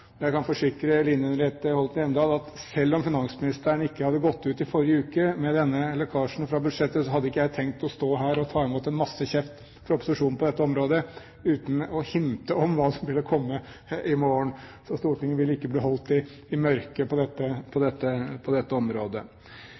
Jeg kan forsikre Line Henriette Hjemdal om at selv om finansministeren ikke hadde gått ut i forrige uke med denne lekkasjen fra budsjettet, hadde ikke jeg tenkt å stå her og ta imot en masse kjeft fra opposisjonen på dette området, uten å hinte om hva som ville komme i morgen, så Stortinget ville ikke bli holdt i mørket på dette